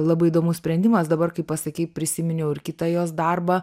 labai įdomus sprendimas dabar kai pasakei prisiminiau ir kitą jos darbą